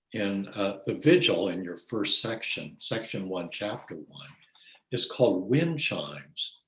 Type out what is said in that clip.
and the vigil in your first section, section one, chapter one is called wind chimes.